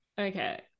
okay